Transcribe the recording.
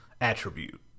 attribute